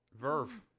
Verve